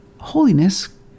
holiness